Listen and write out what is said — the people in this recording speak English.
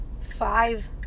five